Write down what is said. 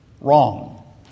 wrong